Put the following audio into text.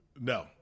No